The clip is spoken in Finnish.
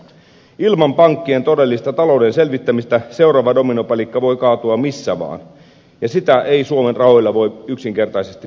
ilman pankkien todellista talouden selvittämistä seuraava dominopalikka voi kaatua missä vaan ja sitä ei suomen rahoilla voi yksinkertaisesti pysäyttää